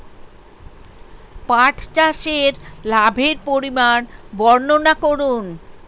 পাঠ চাষের লাভের পরিমান বর্ননা করুন?